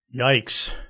Yikes